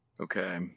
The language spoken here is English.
Okay